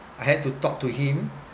I had to talk to him